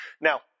Now